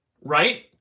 right